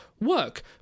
work